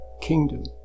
kingdom